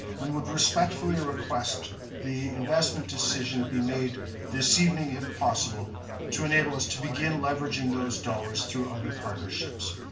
and would respectfully request the investment decision be made this evening if possible to enable us to begin leveraging those dollars through other partnerships.